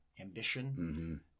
ambition